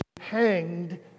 hanged